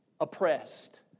oppressed